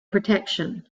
protection